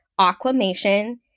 aquamation